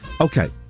Okay